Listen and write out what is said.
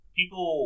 people